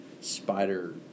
spider